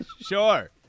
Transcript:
Sure